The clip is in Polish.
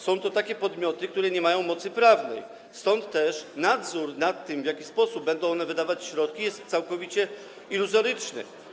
Są to takie podmioty, które nie mają mocy prawnej, stąd też nadzór nad tym, w jaki sposób będą one wydawać środki, jest całkowicie iluzoryczny.